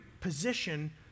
position